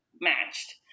matched